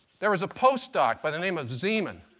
there was a postdoc by the name of zeeman.